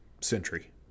century